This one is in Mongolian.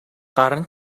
гарна